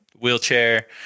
wheelchair